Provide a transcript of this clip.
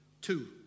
Two